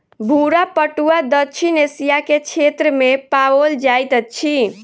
भूरा पटुआ दक्षिण एशिया के क्षेत्र में पाओल जाइत अछि